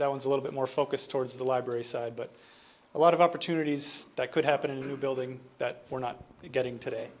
was a little bit more focus towards the library side but a lot of opportunities that could happen in a new building that we're not getting today